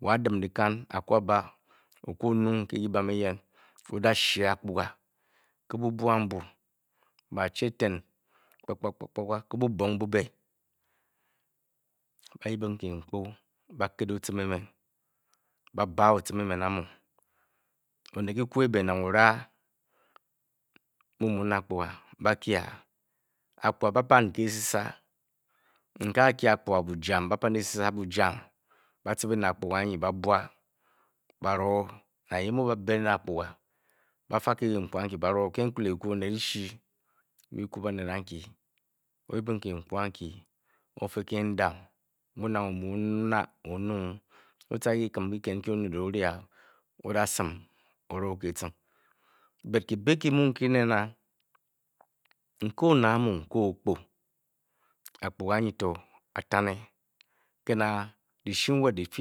Wo a-din dyikan, a-ku a-ba okwa oo-nung ke kyibam eyen, o-dashi akpuga ke bubwe ambu, bondu eten mbe kpakpa, ba yip ng kiinkpu ke bubong mbu ete, da-ket ocim, ba-ban o-oim emen amu enet kyikyu ebe nang ora mu mu mu akpuga o-bakye a akpuga ba-pannke esisa a a-kyi akpugo bujam ba-pan ekisa bujam ba-cebi ne akpugo anyi ba-bwa ba-roo nang yee ta me o-bā ne akpuya ba-fā ke kiikpu ankyi to ba-roo, ke nkulikyiki onet dyishe mu kyiku banet ankyi o-yip ng kiimkpu ankji o-fe kiindam nkyi nang omu o-na oonung o-ca ke kyikum kyikit nkyi o net oon a. o-dasim o-roo ke ecing nke kyibi kyi-mu neen a ke onet amu o-kpu, akpuga anyi to a-tane ke na dyishi nwet dyi-mu dyifi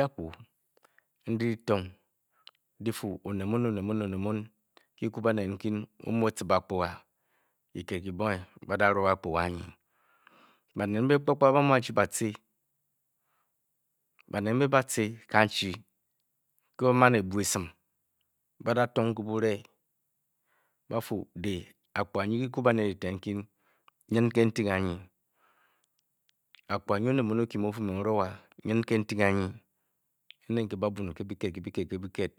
akyndyi dyi-fu, onet mu o-mu e-nibi dkpuga nyi banet kyikit kyibonge o-da roo banet mbe kpakpa ba-mu. Ba-chi bace banet mbe kpapka ba-mu ba-chi bace banet bace kanchi nke bo-mu mbe ba-man ebwa esim ke bure ba-btong ba-fa, dii, akpuga nyi kyiku banet eton, niyin nke n-ti kanyi akpaga nyi onet mu o-fin, me nroo a, nyin nke n-ti ba-bun ke byikit ke byi kit